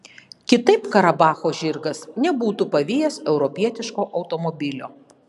kitaip karabacho žirgas nebūtų pavijęs europietiško automobilio